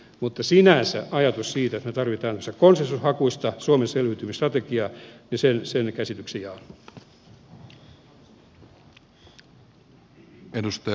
mutta sinänsä on ajatus siitä että me tarvitsemme tämmöistä konsensushakuista suomen selviytymisstrategiaa ja sen käsityksen jaan